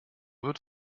wird